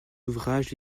ouvrages